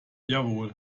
jawohl